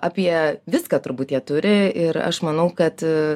apie viską turbūt jie turi ir aš manau kad